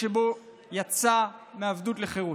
שבו יצא מעבדות לחירות.